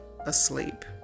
asleep